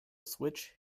switch